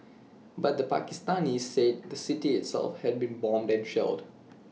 but the Pakistanis said the city itself had been bombed and shelled